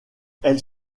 elles